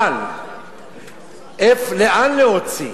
אבל לאן להוציא?